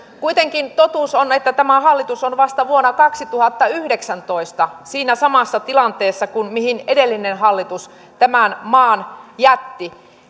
kuitenkin totuus on että tämä hallitus on vasta vuonna kaksituhattayhdeksäntoista siinä samassa tilanteessa kuin mihin edellinen hallitus tämän maan jätti